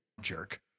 Jerk